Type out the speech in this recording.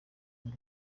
iyi